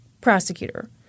Prosecutor